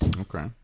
Okay